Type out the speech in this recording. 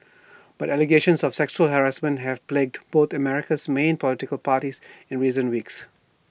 but allegations of sexual harassment have plagued both of America's main political parties in recent weeks